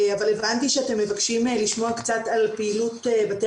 אבל הבנתי שאתם מבקשים לשמוע קצת על פעילות בתי